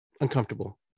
uncomfortable